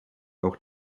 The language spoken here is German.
auch